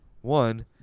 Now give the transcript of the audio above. one